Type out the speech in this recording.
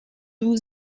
vous